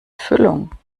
füllung